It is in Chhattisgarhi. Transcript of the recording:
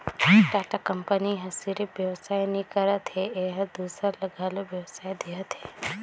टाटा कंपनी ह सिरिफ बेवसाय नी करत हे एहर दूसर ल घलो बेवसाय देहत हे